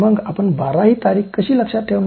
मग आपण बारा ही तारीख कशी लक्षात ठेवणार